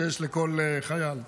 שיש לכל חייל.